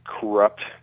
corrupt